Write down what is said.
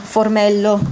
Formello